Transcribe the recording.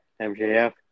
MJF